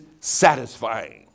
satisfying